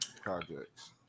projects